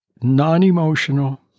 non-emotional